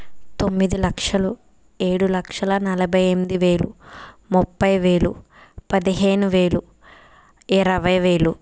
తొమ్మిది లక్షలు ఏడు లక్షల నలభై ఎనిమిది వేలు ముప్పై వేలు పదిహేను వేలు ఇరవై వేలు